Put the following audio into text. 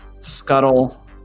scuttle